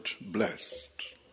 blessed